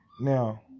now